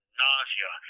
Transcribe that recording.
nausea